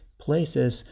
places